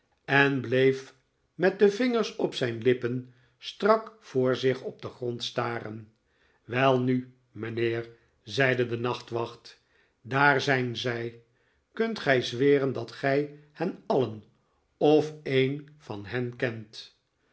en bleef met de vingers op zijne lippen strak voor zich op den grond staren welnu mijnheer zeide de nachtwacht daar zijn zij kunt gij zweren dat gij hen alien of een van hen kent